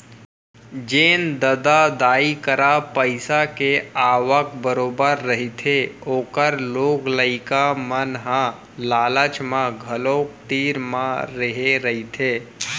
जेन ददा दाई करा पइसा के आवक बरोबर रहिथे ओखर लोग लइका मन ह लालच म घलोक तीर म रेहे रहिथे